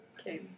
Okay